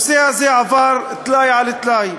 הנושא הזה עבר, טלאי על טלאי,